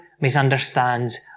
misunderstands